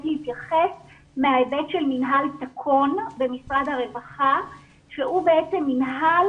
להתייחס מההיבט של מינהל תקון במשרד הרווחה שהוא בעצם מינהל